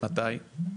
מתי?